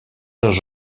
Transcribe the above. els